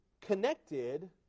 connected